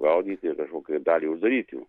gaudyt ir kažkokią dalį uždaryt jų